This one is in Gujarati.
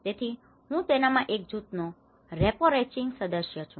તેથી હું તેમાના એક જૂથ નો રેપોરેચરિંગ સદસ્ય છું